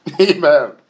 Amen